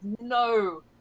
no